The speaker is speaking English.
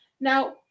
Now